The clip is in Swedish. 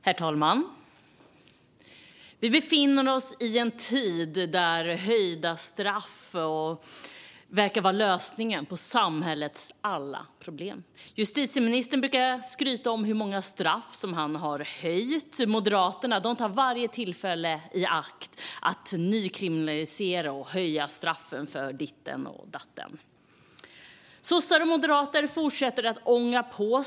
Herr talman! Vi befinner oss i en tid då höjda straff verkar vara lösningen på samhällets alla problem. Justitieministern brukar skryta om hur många straff han har höjt. Moderaterna tar varje tillfälle i akt att nykriminalisera och att höja straffen för ditten och datten. Sossar och moderater fortsätter att ånga på.